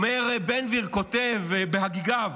בן גביר כותב בהגיגיו: